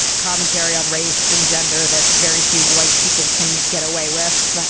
commentary on race and gender that very few white people can get away with.